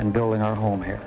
and building our home here